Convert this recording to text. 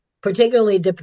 particularly